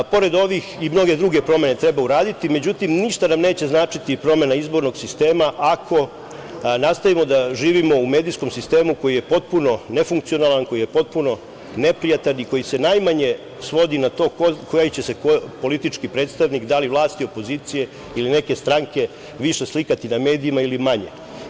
Pored ovih i mnoge druge promene treba uraditi, međutim ništa nam neće značiti promena izbornog sistema ako nastavimo da živimo u medijskom sistemu koji je potpuno nefunkcionalan, koji je potpuno neprijatan i koji se najmanje svodi na to koliko će se koji politički predstavnik, dali vlasti ili opozicije ili neke stranke više slikati na medijima ili manje.